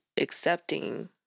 accepting